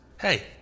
Hey